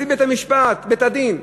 נשיא בית-המשפט, בית-הדין,